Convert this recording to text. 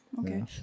okay